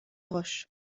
roches